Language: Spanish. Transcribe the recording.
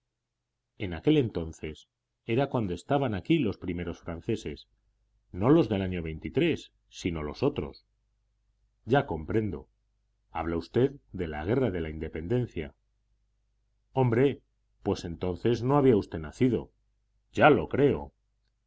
en aquel entonces era cuando estaban aquí los primeros franceses no los del año sino los otros ya comprendo usted habla de la guerra de la independencia hombre pues entonces no había usted nacido ya lo creo